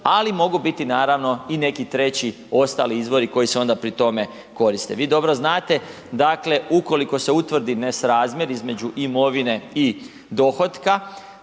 ali mogu biti, naravno i neki treći, ostali izvori koji se onda pri tome koriste. Vi dobro znate, dakle, ukoliko se utvrdi nesrazmjer između imovine i dohotka